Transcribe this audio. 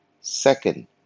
Second